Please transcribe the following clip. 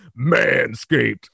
MANSCAPED